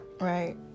Right